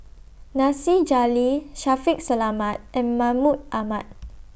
Nasir Jalil Shaffiq Selamat and Mahmud Ahmad